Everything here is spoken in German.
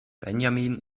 benjamin